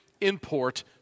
import